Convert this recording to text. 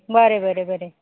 बरें बरें बरें